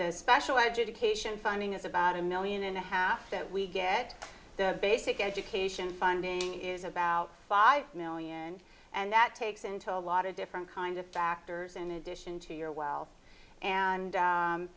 se special education funding is about a million and a half that we get the basic education funding is about five million and that takes into a lot of different kind of factors in addition to your wealth and